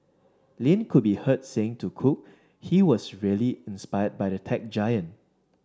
Lin could be heard saying to Cook he was really inspired by the tech giant